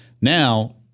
now